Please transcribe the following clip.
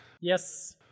Yes